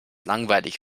langweilig